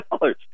dollars